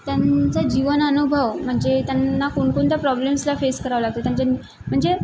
त्यांचा जीवन अनुभव म्हणजे त्यांना कोणकोणत्या प्रॉब्लेम्सला फेस करावा लागतो त्यांच्या म्हणजे